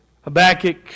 Habakkuk